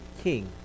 king